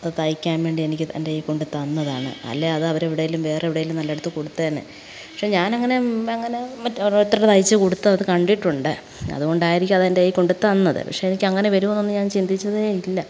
അതു തയ്ക്കാൻ വേണ്ടി എനിക്ക് എൻ്റെ കൈ കൊണ്ടു തന്നതാണ് അല്ലെ അത് അവർ എവിടെയെങ്കിലും വേറെവിടെയെങ്കിലും നല്ലയിടത്തു കൊടുത്തേനെ പക്ഷെ ഞാൻ അങ്ങനെ അങ്ങനെ മറ്റെ ഓരോ എത്ര തയ്ച്ചു കൊടുത്തത് അതു കണ്ടിട്ടുണ്ട് അതുകൊണ്ടായിരിക്കാം അതെൻ്റെ കൈ കൊണ്ടു തന്നത് പക്ഷെ എനിക്ക് അങ്ങനെ വരുമോയെന്നൊന്നും ഞാൻ ചിന്തിച്ചതേ ഇല്ല